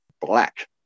black